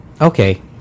Okay